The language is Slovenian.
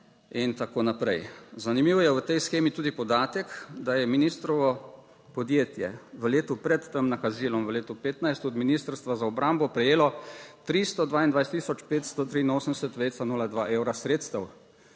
(Nadaljevanje) Zanimivo je v tej shemi tudi podatek, da je ministrovo podjetje v letu pred tem nakazilom v letu 2015 od Ministrstva za obrambo prejelo 322 tisoč 583,02 evra sredstev.